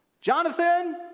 Jonathan